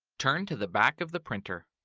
turn to the back of the printer.